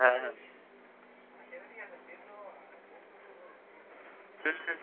হ্যাঁ হ্যাঁ হম হম